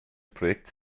projekts